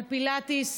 על פילאטיס,